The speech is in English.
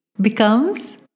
becomes